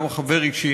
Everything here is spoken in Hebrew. גם חבר אישי,